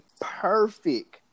perfect